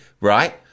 right